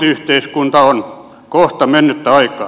hyvinvointiyhteiskunta on kohta mennyttä aikaa